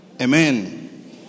Amen